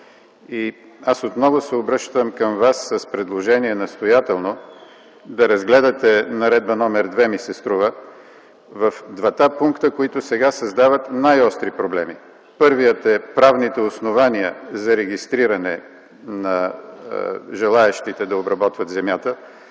Аз отново се обръщам към Вас с предложение настоятелно да разгледате Наредба № 2, ми се струва, в двата пункта, които сега създават най-остри проблеми. Първият е правните основания за регистриране на желаещите да обработват земята,